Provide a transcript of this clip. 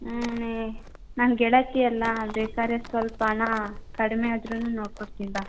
ಹ್ಞೂನೇ ನಾನು ಗೆಳತಿಯಲ್ಲ ಬೇಕಾದ್ರೆ ಸ್ವಲ್ಪ ಹಣ ಕಡಿಮೆ ಆದರೂ ನೋಡ್ಕೊಡ್ತೀನಿ ಬಾ